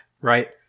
right